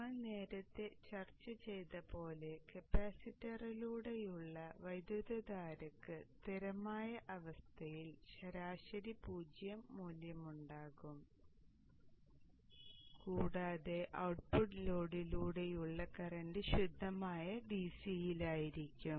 നമ്മൾ നേരത്തെ ചർച്ച ചെയ്തതുപോലെ കപ്പാസിറ്ററിലൂടെയുള്ള വൈദ്യുതധാരയ്ക്ക് സ്ഥിരമായ അവസ്ഥയിൽ ശരാശരി പൂജ്യം മൂല്യമുണ്ടാകും കൂടാതെ ഔട്ട്പുട്ട് ലോഡിലൂടെയുള്ള കറന്റ് ശുദ്ധമായ DC യിലായിരിക്കും